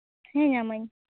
ᱦᱮᱸ ᱧᱟᱢᱟᱹᱧ